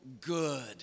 good